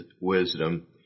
wisdom